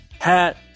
hat